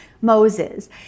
Moses